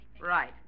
Right